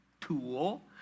tool